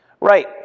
Right